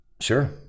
Sure